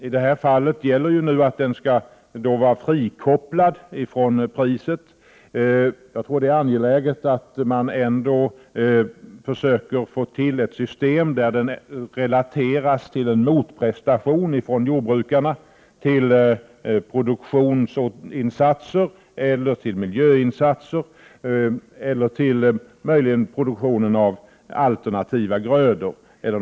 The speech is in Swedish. I det här fallet skall kompensationen vara frikopplad från priset. Men jag tror ändå att det är angeläget att man försöker komma fram till ett system som innebär att kompensationen relateras till en motprestation från jordbrukarna när det gäller produktionseller miljöinsatser eller möjligen produktionen av alternativa grödor etc.